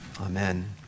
Amen